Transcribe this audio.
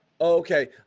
Okay